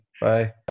Bye